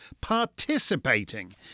participating